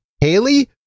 Haley